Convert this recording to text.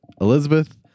Elizabeth